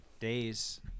days